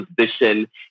position